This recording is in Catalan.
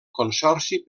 consorci